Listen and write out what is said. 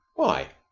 why?